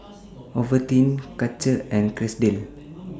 Ovaltine Karcher and Chesdale